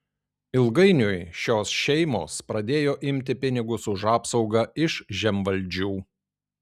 ilgainiui šios šeimos pradėjo imti pinigus už apsaugą iš žemvaldžių